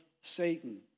Satan